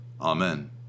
amen